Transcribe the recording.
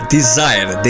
Desire